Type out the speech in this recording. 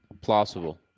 Plausible